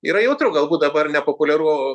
yra jautru galbūt dabar nepopuliaru